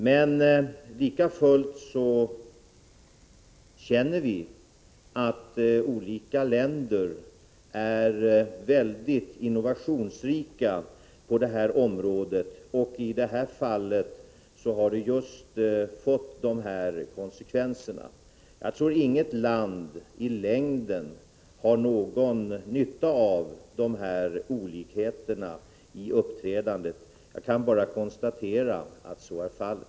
Men lika fullt känner vi att olika länder är mycket innovationsrika på det här området, och i det här fallet har det just fått dessa konsekvenser. Jag tror inget land i längden har någon nytta av dessa olikheter i uppträdandet. Jag bara konstaterar att detta är vad som har inträffat i det här fallet.